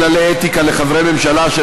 כללי אתיקה לחברי הממשלה),